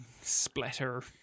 Splatter